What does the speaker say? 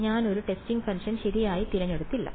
ഞാൻ ഒരു testing function ശരിയായി തിരഞ്ഞെടുത്തില്ല